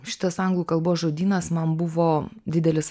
šitas anglų kalbos žodynas man buvo didelis